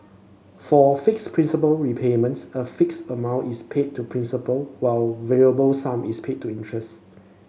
for fixed principal repayments a fixed amount is paid to principal while a variable sum is paid to interest